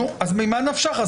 נו, אז ממה נפשך?